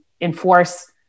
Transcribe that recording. enforce